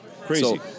Crazy